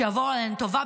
שיבואו עלינו לטובה,